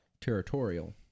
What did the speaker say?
territorial